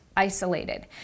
isolated